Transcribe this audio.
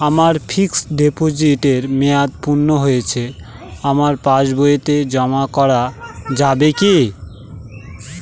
আমার ফিক্সট ডিপোজিটের মেয়াদ পূর্ণ হয়েছে আমার পাস বইতে জমা করা যাবে কি?